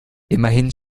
immerhin